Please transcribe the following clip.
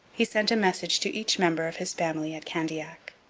he sent a message to each member of his family at candiac,